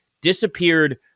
disappeared